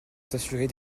s’assurer